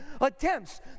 attempts